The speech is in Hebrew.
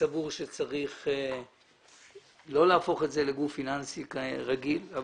שצריך לא להפוך את זה לגוף פיננסי רגיל.